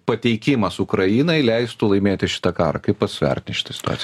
pateikimas ukrainai leistų laimėti šitą karą kaip pats vertini šitą situaciją